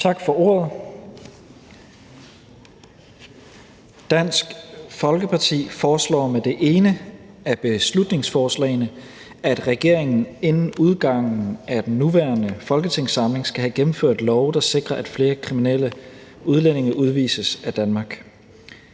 Tak for ordet. Dansk Folkeparti foreslår med det ene af beslutningsforslagene, at regeringen inden udgangen af den nuværende folketingssamling skal have gennemført love, der sikrer, at flere kriminelle udlændinge udvises af Danmark.